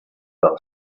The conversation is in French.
par